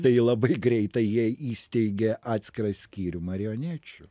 tai labai greitai jie įsteigė atskirą skyrių marionečių